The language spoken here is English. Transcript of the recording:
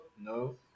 No